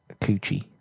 Coochie